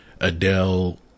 Adele